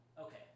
Okay